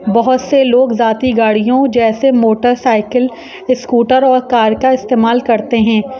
بہت سے لوگ ذاتی گاڑیوں جیسے موٹر سائیکل اسکوٹر اور کار کا استعمال کرتے ہیں